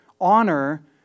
Honor